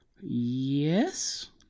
Yes